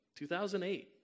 2008